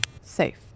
Safe